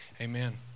Amen